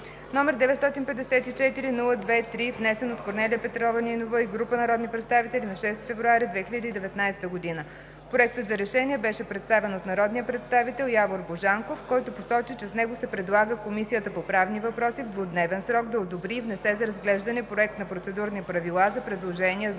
№ 954-02-3, внесен от Корнелия Петрова Нинова и група народни представители на 6 февруари 2019 г. Проектът на решение беше представен от народния представител Явор Божанков, който посочи, че с него се предлага Комисията по правни въпроси в двудневен срок да одобри и внесе за разглеждане Проект на процедурни правила за предложения за